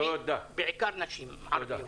בעיקר נשים ערביות.